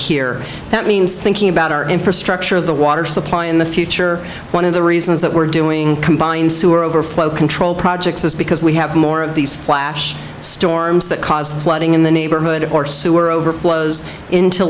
here that means thinking about our infrastructure the water supply in the future one of the reasons that we're doing combined sewer overflow control projects is because we have more of these storms that caused flooding in the neighborhood or sewer overflows into